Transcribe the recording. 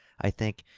i think,